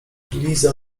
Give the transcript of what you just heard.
liza